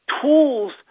tools